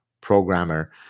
programmer